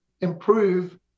improve